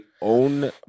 own